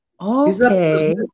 okay